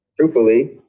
truthfully